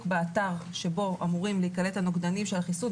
באתר שבו אמורים להיקלט הנוגדנים של החיסון,